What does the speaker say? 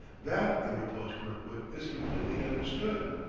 that, interposed kirkwood, is completely understood.